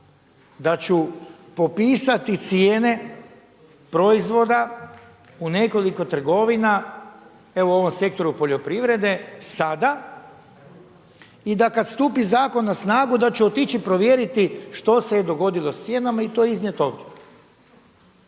da ću popisati cijene proizvoda u nekoliko trgovina u ovom sektoru poljoprivrede sada i da kada stupi zakon na snagu da će otići provjeriti što se je dogodilo s cijenama i to iznijeti ovdje.